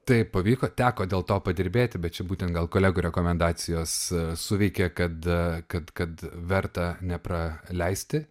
tai pavyko teko dėl to padirbėti bet čia būtent gal kolegų rekomendacijos suveikė kad kad kad verta nepraleisti